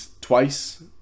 twice